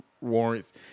warrants